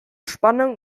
spannung